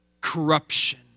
corruption